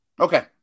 Okay